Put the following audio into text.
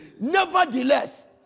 Nevertheless